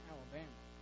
Alabama